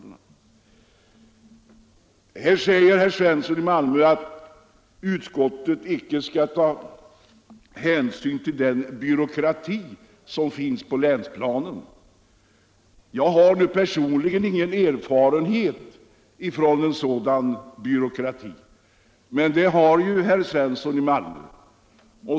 Herr Svensson i Malmö säger att utskottet icke skall ta hänsyn till den byråkrati som finns på länsplanen. Jag har personligen ingen erfarenhet från sådan byråkrati, men det har ju herr Svensson.